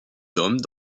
hommes